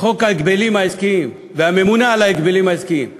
חוק ההגבלים העסקיים והממונה על ההגבלים העסקיים למנוע,